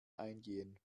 eingehen